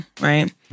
Right